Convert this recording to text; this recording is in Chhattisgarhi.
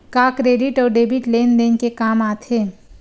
का क्रेडिट अउ डेबिट लेन देन के काम आथे?